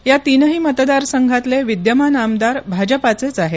या तिनही मतदारसंघातले विद्यमान आमदार भाजपाचेच आहेत